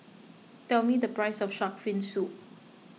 tell me the price of Shark's Fin Soup